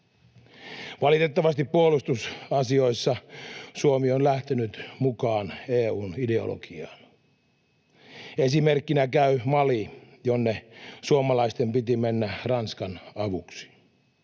Valitettavasti puolustusasioissa Suomi on lähtenyt mukaan EU:n ideologiaan. Esimerkkinä käy Mali, jonne suomalaisten piti mennä Ranskan avuksi.